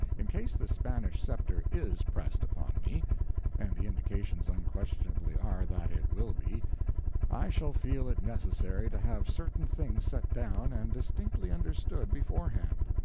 in case the spanish sceptre is pressed upon me and the indications unquestionably are that it will be i shall feel it necessary to have certain things set down and distinctly understood beforehand.